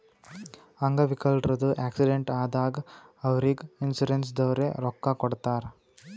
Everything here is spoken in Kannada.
ಅಂಗ್ ವಿಕಲ್ರದು ಆಕ್ಸಿಡೆಂಟ್ ಆದಾಗ್ ಅವ್ರಿಗ್ ಇನ್ಸೂರೆನ್ಸದವ್ರೆ ರೊಕ್ಕಾ ಕೊಡ್ತಾರ್